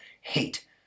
hate